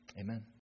amen